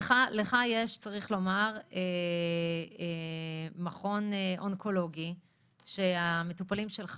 צריך לומר שיש לך מכון אונקולוגי שהמטופלים שלך